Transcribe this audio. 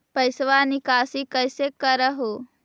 पैसवा निकासी कैसे कर हो?